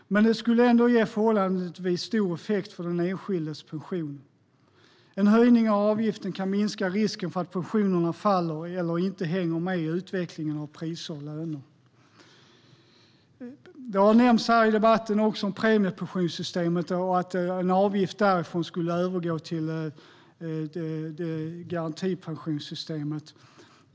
Men den skulle ändå ge förhållandevis stor effekt för den enskildes pension. En höjning av avgiften kan minska risken för att pensionerna sjunker eller inte hänger med i utvecklingen av priser och löner. Det har nämnts i debatten att en avgift i premiepensionssystemet skulle övergå till garantipensionssystemet.